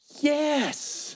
yes